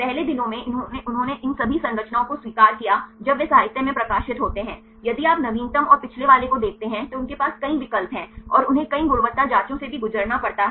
पहले दिनों में उन्होंने इन सभी संरचनाओं को स्वीकार किया जब वे साहित्य में प्रकाशित होते हैं यदि आप नवीनतम और पिछले वाले को देखते हैं तो उनके पास कई विकल्प हैं और उन्हें कई गुणवत्ता जांचों से भी गुजरना पड़ता है